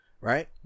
right